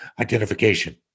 identification